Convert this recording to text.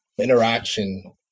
interaction